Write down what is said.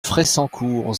fressancourt